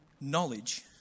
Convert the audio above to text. knowledge